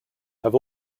have